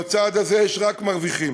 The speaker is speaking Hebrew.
בצעד זה יש רק מרוויחים.